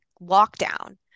lockdown